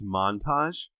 montage